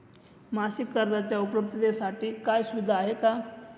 मासिक कर्जाच्या उपलब्धतेसाठी काही सुविधा आहे का?